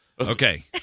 Okay